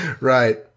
right